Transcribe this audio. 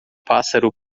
pássaro